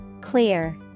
Clear